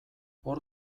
hor